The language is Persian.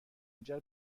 منجر